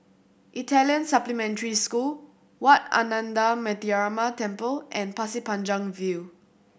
Italian Supplementary School Wat Ananda Metyarama Temple and Pasir Panjang View